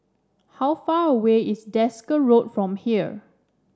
how far away is Desker Road from here